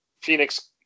phoenix